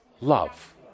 love